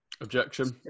Objection